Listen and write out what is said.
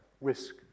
risk